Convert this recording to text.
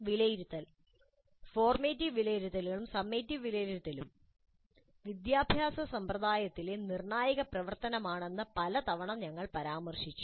വിലയിരുത്തൽ ഫോർമ്മേറ്റിവ് വിലയിരുത്തലും സമ്മേറ്റീവ് വിലയിരുത്തലും വിദ്യാഭ്യാസ സമ്പ്രദായത്തിലെ നിർണായക പ്രവർത്തനമാണെന്ന് പല തവണ ഞങ്ങൾ പരാമർശിച്ചു